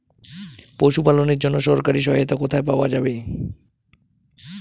পশু পালনের জন্য সরকারি সহায়তা কোথায় পাওয়া যায়?